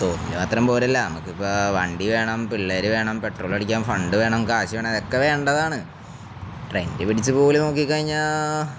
തോന്നി മാത്രം പോലല്ല നമുക്കിപ്പ വണ്ടി വേണം പിള്ളേര് വേണം പെട്രോള അടിക്കാം ഫണ്ട് വേണം കാശ് വേണംതൊക്കെ വേണ്ടതാണ് ട്രെയിൻ് പിടിച്ച് പോല് നോക്കിിക്കഴിഞ്ഞാ